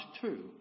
two